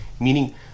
Meaning